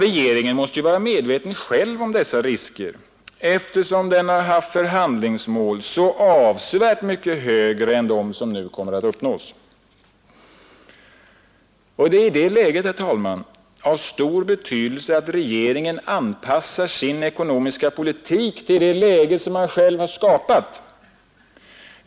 Regeringen måste vara medveten om dessa risker, eftersom den själv haft förhandlingsmål så avsevärt mycket högre än som nu kommer att uppnås. Det är i det läget, herr talman, av stor betydelse att regeringen anpassar sin ekonomiska politik till det läge man själv skapat.